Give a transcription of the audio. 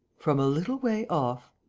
from a little way off.